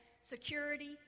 security